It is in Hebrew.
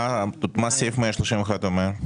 מה סעיף 131 אומר?